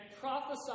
prophesied